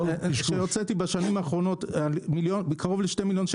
הוצאתי בשנים האחרונות קרוב לשני מיליוני